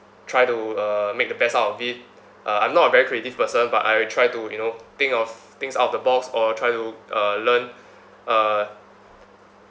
try to uh make the best out of it uh I'm not a very creative person but I will try to you know think of things out of the box or try to uh learn uh